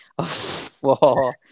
Whoa